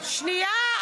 שנייה,